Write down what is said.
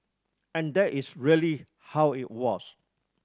and that is really how it was